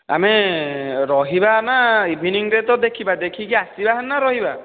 ଆମେ ରହିବା ନା ଇଭିନିଙ୍ଗ୍ରେ ତ ଦେଖିବା ଦେଖିକି ଆସିବା ହେରି ନା ରହିବା